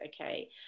Okay